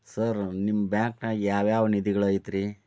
Sir ನಿಮ್ಮ ಬ್ಯಾಂಕನಾಗ ಯಾವ್ ಯಾವ ನಿಧಿಗಳು ಐತ್ರಿ?